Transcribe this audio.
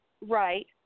Right